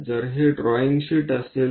जर हे drawing sheet असेल तर